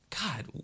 God